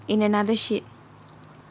in another sheet